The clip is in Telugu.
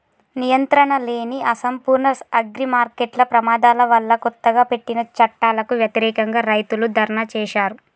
నియంత్రణలేని, అసంపూర్ణ అగ్రిమార్కెట్ల ప్రమాదాల వల్లకొత్తగా పెట్టిన చట్టాలకు వ్యతిరేకంగా, రైతులు ధర్నా చేశారు